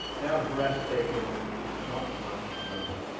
they're breathtaking and not much known.